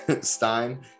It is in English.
Stein